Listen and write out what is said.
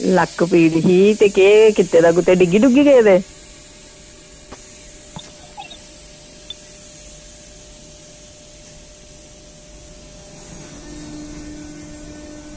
लक्क पीड़ ही ते केह् कीते दा कुदै डिग्गी पेदे